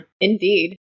Indeed